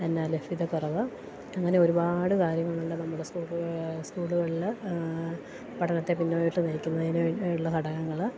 എന്നാ ലഭ്യതക്കുറവ് ഇങ്ങനെ ഒരുപാട് കാര്യങ്ങളുണ്ട് നമ്മുടെ സ്കൂള് സ്കൂളുകൾ പഠനത്തെ പിന്നോട്ട് നയിക്കുന്നതിന് ഉള്ള ഘടകങ്ങള്